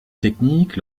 technique